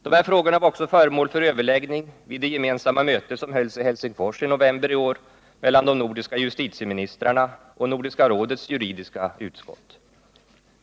De här frågorna var också föremål för överläggningar vid det gemensamma mötet i Helsingfors i november i år mellan de nordiska justitieministrarna och Nordiska rådets juridiska utskott.